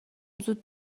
زود